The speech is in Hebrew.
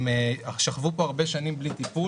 הם שכבו פה הרבה מאוד שנים בלי טיפול.